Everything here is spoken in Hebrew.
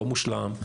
לא מושלם,